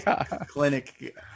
clinic